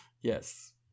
yes